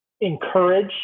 encourage